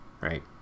right